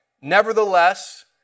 Nevertheless